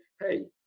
hey